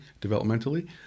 developmentally